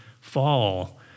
fall